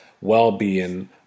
well-being